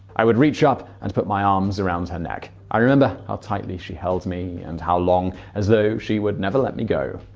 i would reach up and put my arms about her neck. i remember how tightly she held me and how long, as though she would never let me go.